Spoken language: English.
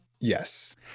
yes